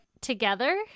together